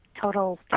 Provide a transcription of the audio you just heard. total